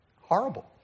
Horrible